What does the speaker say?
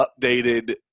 updated